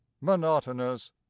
monotonous